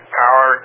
power